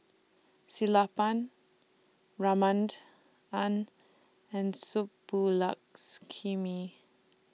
Sellapan An and Subbulakshmi